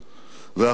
ואחדות זאת,